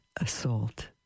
assault